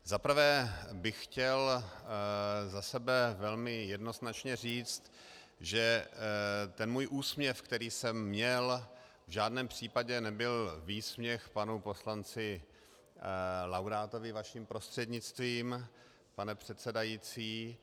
Za prvé bych chtěl za sebe velmi jednoznačně říct, že můj úsměv, který jsem měl, v žádném případě nebyl výsměch panu poslanci Laudátovi, vaším prostřednictvím, pane předsedající.